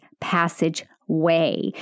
passageway